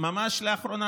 ממש לאחרונה.